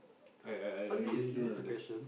I I I I really don't under